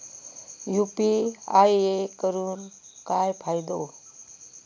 UPI करून काय फायदो?